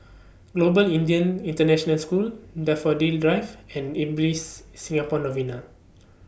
Global Indian International School Daffodil Drive and Ibis Singapore Novena